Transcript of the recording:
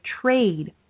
trade